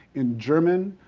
in german,